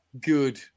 good